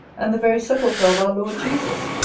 and the very sepulchre of our lord jesus!